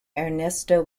ernesto